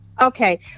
Okay